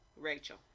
Rachel